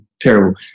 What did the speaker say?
terrible